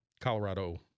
Colorado